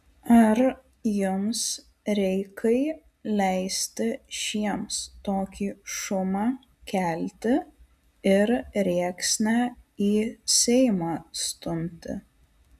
ar jums reikai leisti šiems tokį šumą kelti ir rėksnę į seimą stumti